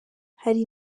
hari